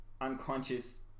unconscious